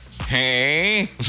Hey